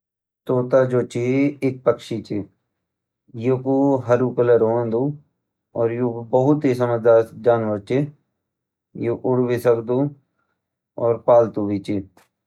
तोता जो च एक पक्षी चे य कू हरु कलर होंदु और यू बहुत ही समझदार जानवर च यु उड़ भी सकदु और पालतू वी च